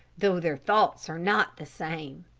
though their thoughts are not the same.